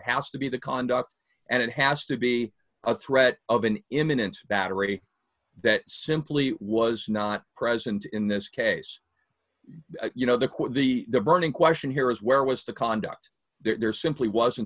house to be the conduct and it has to be a threat of an imminent battery that simply was not present in this case you know the quote the burning question here is where was the conduct there simply wasn't